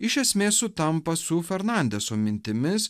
iš esmės sutampa su fernandeso mintimis